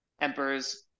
emperors